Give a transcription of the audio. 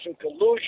collusion